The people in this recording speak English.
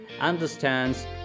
understands